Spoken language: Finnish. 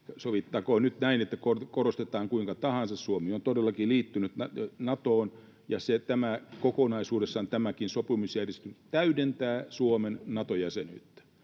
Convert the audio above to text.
Sovittakoon nyt näin, että korostetaan kuinka tahansa, Suomi on todellakin liittynyt Natoon, ja kokonaisuudessaan tämäkin sopimusjärjestely täydentää Suomen Nato-jäsenyyttä,